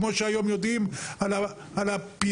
כמו שהיום יודעים על הפינוי,